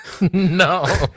No